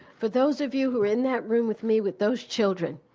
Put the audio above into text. for those of you who are in that room with me with those children,